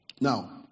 now